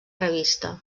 revista